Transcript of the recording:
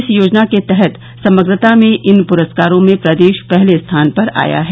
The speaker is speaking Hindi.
इस योजना के तहत समग्रता में इन पुरस्कारों में प्रदेश पहले स्थान पर आया है